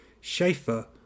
Schaefer